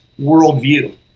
worldview